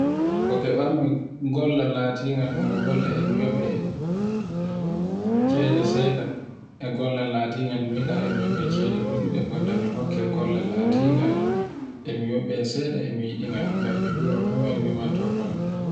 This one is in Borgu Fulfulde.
ko kebanmi golle latingal miɗo golle e mi yobe, cede seɗa e gollal latingal e miyiɗa e mi nyibi cede ɗuɗe gonda mi hokke golle latingal e mi yumb seɗa e mi yiɗi ngal mi juroi to limirtoto.